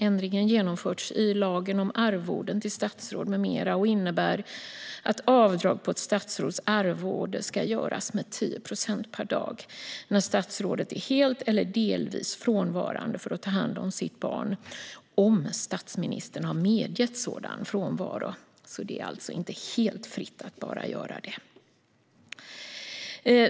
Ändringen genomförs i lagen om arvoden till statsråd med mera och innebär att avdrag på ett statsråds arvode ska göras med 10 procent per dag när statsrådet är helt eller delvis frånvarande för att ta hand om sitt barn - om statsministern har medgett sådan frånvaro. Det är alltså inte helt fritt att vara barnledig.